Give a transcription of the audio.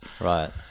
Right